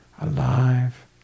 alive